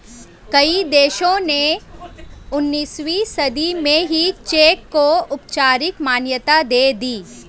कई देशों ने उन्नीसवीं सदी में ही चेक को औपचारिक मान्यता दे दी